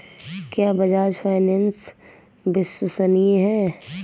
क्या बजाज फाइनेंस विश्वसनीय है?